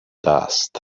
dust